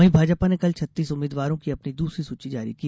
वहीं भाजपा ने कल छत्तीस उम्मीदवारों की अपनी दूसरी सूची जारी की